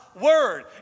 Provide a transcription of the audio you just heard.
Word